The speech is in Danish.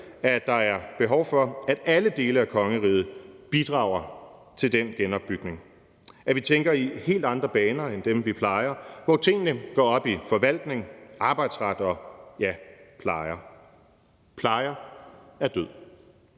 at der er behov for, at alle dele af kongeriget bidrager til den genopbygning, og at vi tænker i helt andre baner end dem, vi plejer, hvor tingene går op i forvaltning, arbejdsret og ja, plejer. Plejer er død.